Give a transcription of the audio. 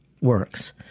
works